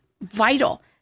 vital